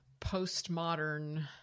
postmodern